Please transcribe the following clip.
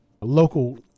local